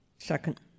Second